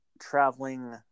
traveling